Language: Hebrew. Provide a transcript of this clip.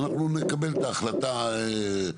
אנחנו נקבל את ההחלטה תיכף.